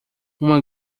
uma